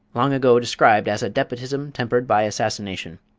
long ago described as a despotism tempered by assassination.